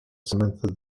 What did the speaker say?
samantha